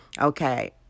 Okay